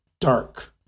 dark